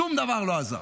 שום דבר לא עזר.